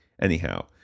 anyhow